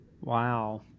Wow